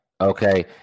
Okay